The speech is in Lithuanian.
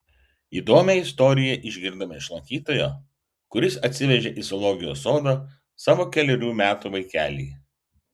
įdomią istoriją išgirdome iš lankytojo kuris atsivežė į zoologijos sodą savo kelerių metų vaikelį